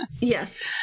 Yes